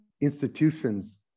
institutions